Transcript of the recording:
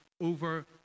over